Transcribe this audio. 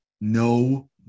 No